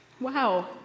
wow